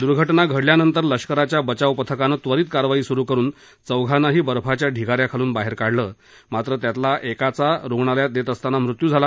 दूर्घटना घडल्यानंतर लष्कराच्या बचाव पथकानं त्वरित कारवाई सुरू करून चौघांनाही बर्फाच्या ढिगाऱ्या खालून बाहेर काढलं मात्र त्यातील एकाचा रुग्णालयात नेत असताना मृत्यू झाला